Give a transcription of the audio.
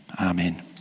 Amen